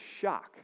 shock